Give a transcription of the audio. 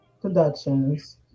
Productions